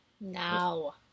Now